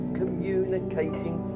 communicating